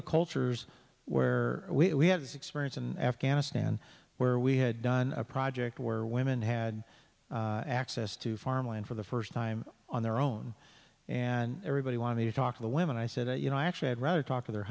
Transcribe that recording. to cultures where we have this experience and afghanistan where we had done a project where women had access to farmland for the first time on their own and everybody wanted to talk to the women i said that you know i actually had rather talk to their